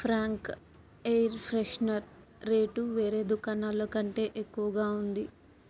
frank air freshener rate వేరే దుకాణాల్లో కంటే ఎక్కువగా ఉంది